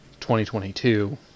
2022